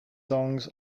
songs